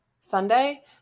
Sunday